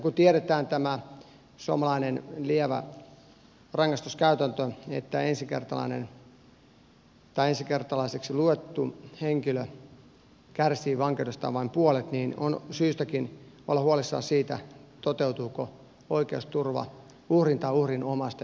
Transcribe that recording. kun tiedetään tämä suomalainen lievä rangaistuskäytäntö että ensikertalaiseksi luettu henkilö kärsii vankeudestaan vain puolet niin on syytäkin olla huolissaan siitä toteutuuko oikeusturva uhrin tai uhrin omaisten kohdalla